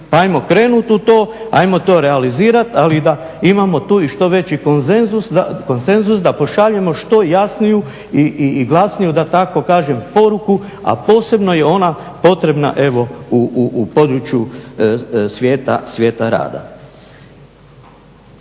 Pa ajmo krenuti u to, ajmo to realizirati ali da imamo tu i što veći konsenzus da pošaljemo što jasniju i glasniju da tako kažem poruku. A posebno je ona potrebna evo u području svijeta rada.